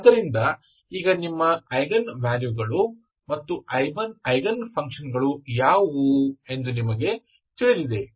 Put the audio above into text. ಆದ್ದರಿಂದ ಈಗ ನಿಮ್ಮ ಐಗನ್ ವ್ಯಾಲ್ಯೂಗಳು ಮತ್ತು ಐಗನ್ ಫಂಕ್ಷನ್ ಗಳು ಯಾವುವು ಎಂದು ನಿಮಗೆ ತಿಳಿದಿದೆ